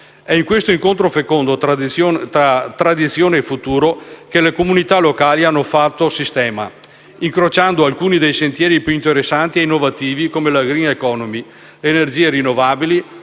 È in questo incontro fecondo tra tradizione e futuro che le comunità locali hanno fatto sistema, incrociando alcuni dei sentieri più interessanti e innovativi, come la *green economy* e le energie rinnovabili,